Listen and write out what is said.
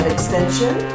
Extension